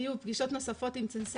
היו פגישות נוספות אינטנסיביות.